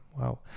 wow